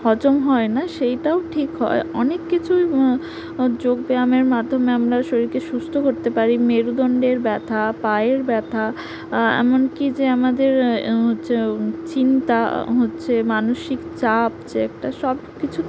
হজম হয় না সেইটাও ঠিক হয় অনেক কিছুই যোগ ব্যায়ামের মাধ্যমে আমরা শরীরকে সুস্থ করতে পারি মেরুদণ্ডের ব্যথা পায়ের ব্যাথা এমন কি যে আমাদের হচ্ছে চিন্তা হচ্ছে মানসিক চাপ যে একটা সব কিছু